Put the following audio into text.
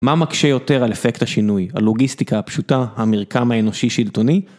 מה מקשה יותר על אפקט השינוי, הלוגיסטיקה הפשוטה, המרקם האנושי שילטוני?